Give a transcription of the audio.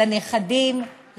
לנכדים,